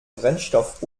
brennstoff